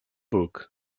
book